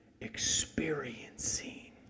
experiencing